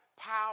power